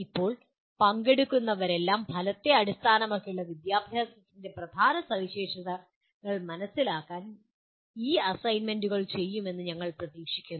ഇപ്പോൾ പങ്കെടുക്കുന്നവരെല്ലാം ഫലത്തെ അടിസ്ഥാനമാക്കിയുള്ള വിദ്യാഭ്യാസത്തിൻ്റെ പ്രധാന സവിശേഷതകൾ മനസിലാക്കാൻ ഈ അസൈൻമെൻ്റുകൾ ചെയ്യുമെന്ന് ഞങ്ങൾ പ്രതീക്ഷിക്കുന്നു